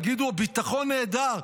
תגידו, הביטחון נהדר.